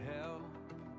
help